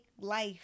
life